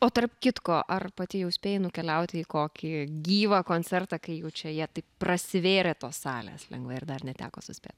o tarp kitko ar pati jau spėjai nukeliauti į kokį gyvą koncertą kai jų čia jie taip prasivėrė tos salės lengvai ar dar neteko suspėt